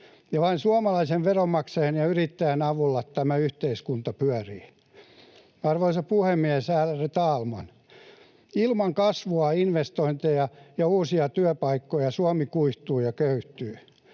ja vain suomalaisen veronmaksajan ja yrittäjän avulla tämä yhteiskunta pyörii. Arvoisa puhemies, ärade talman! Ilman kasvua, investointeja ja uusia työpaikkoja Suomi kuihtuu ja köyhtyy.